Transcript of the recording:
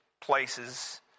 places